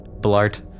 Blart